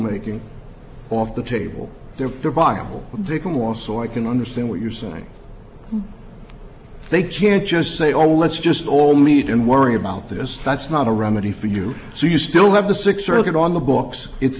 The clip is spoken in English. making off the table they're viable they can more so i can understand what you're saying they can't just say all let's just all meet and worry about this that's not a remedy for you so you still have the six circuit on the books it's